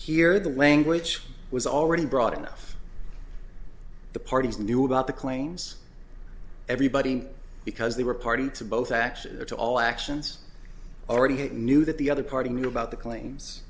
here the language was already broad enough the parties knew about the claims everybody because they were party to both access to all actions already knew that the other party knew about the claims